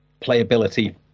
playability